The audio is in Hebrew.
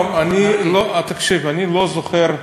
תקשיב, אני לא זוכר,